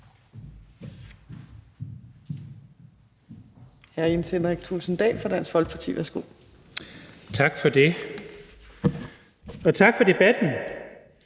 Tak for det, og tak for ordet.